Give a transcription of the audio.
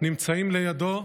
נמצאים לידו,